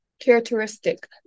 characteristic